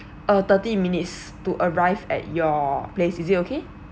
uh thirty minutes to arrive at your place is it okay